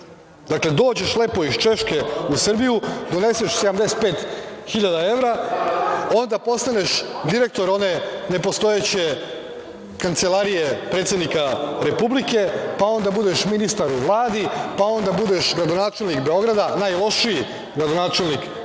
Češkoj? Dakle, dođeš lepo iz Češke u Srbiju, doneseš 75 hiljada evra, onda postaneš direktor one nepostojeće kancelarije predsednika Republike, pa onda budeš ministar u Vladi, pa onda budeš gradonačelnik Beograda, najlošiji gradonačelnik Beograda